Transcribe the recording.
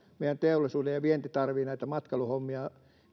meidän teollisuus ja vienti tarvitsevat näitä matkailuhommia